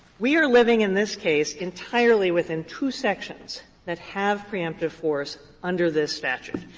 we are living in this case entirely within two sections that have preemptive force under this statute,